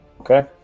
okay